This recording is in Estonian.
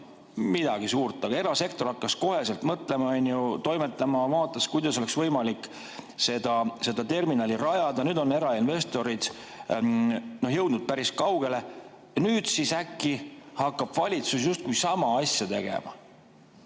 midagi, aga erasektor hakkas kohe mõtlema, toimetama, vaatas, kuidas oleks võimalik seda terminali rajada. Nüüd on erainvestorid jõudnud päris kaugele ja äkki hakkab valitsus justkui sama asja tegema.